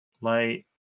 Light